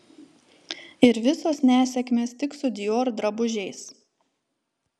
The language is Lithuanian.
ir visos nesėkmės tik su dior drabužiais